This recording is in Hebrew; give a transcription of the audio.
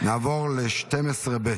נעבור ל-12 ב',